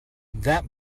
that